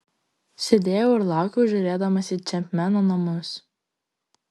sėdėjau ir laukiau žiūrėdamas į čepmeno namus